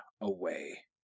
away